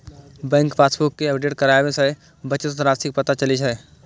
bank passbook कें update कराबय सं बचत राशिक पता चलि सकैए